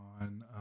on